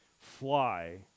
Fly